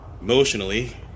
Emotionally